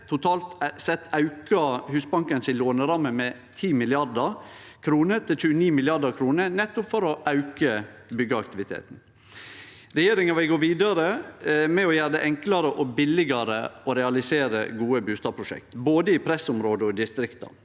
totalt sett auka Husbankens låneramme med 10 mrd. kr, til 29 mrd. kr, nettopp for å auke byggjeaktiviteten. Regjeringa vil gå vidare med å gjere det enklare og billigare å realisere gode bustadprosjekt, både i pressområde og i distrikta.